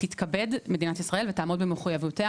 תתכבד מדינת ישראל ותעמוד במחויבותיה